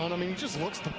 um i mean he just works